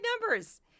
numbers